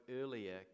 earlier